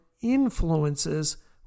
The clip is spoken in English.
influences